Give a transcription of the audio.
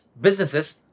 businesses